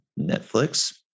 Netflix